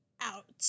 out